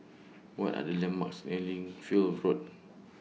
What Are The landmarks near Lichfield Road